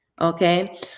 okay